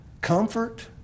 comfort